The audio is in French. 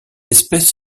espèce